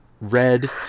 red